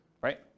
right